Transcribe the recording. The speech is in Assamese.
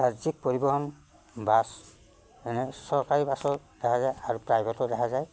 ৰাজ্যিক পৰিবহণ বাছ এনে চৰকাৰী বাছো দেখা যায় আৰু প্ৰাইভেটো দেখা যায়